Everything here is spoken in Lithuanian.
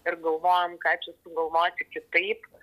ir galvojam ką čia sugalvoti kitaip